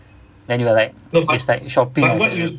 then you are like it's like shopping ah